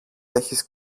έχεις